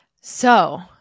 So-